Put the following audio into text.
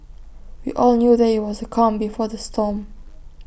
we all knew that IT was the calm before the storm